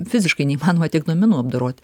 fiziškai neįmanoma tiek duomenų apdorot